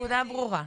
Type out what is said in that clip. הנקודה ברורה.